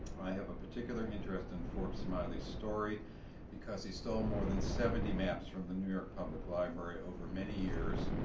i have a particular interest in forbes smiley's story because he stole more than seventy maps from the new york public library over many years,